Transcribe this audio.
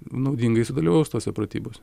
naudingai sudalyvaus tose pratybose